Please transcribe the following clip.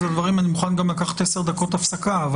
אני מוכן גם לקחת 10 דקות הפסקה.